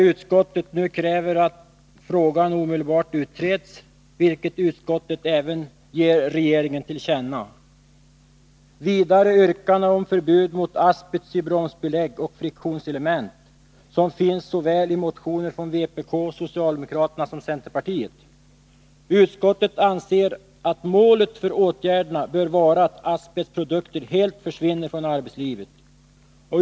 Utskottet kräver nu att den frågan omedelbart skall utredas, vilket utskottet även ger regeringen till känna. Vidare finns det yrkanden om förbud mot asbest i bromsbelägg och friktionselement. De yrkandena finns i motioner från såväl vpk och socialdemokraterna som centerpartiet. Utskottet anser att målet för åtgärderna bör vara att asbestprodukter helt försvinner från arbetslivet.